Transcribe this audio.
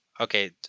Okay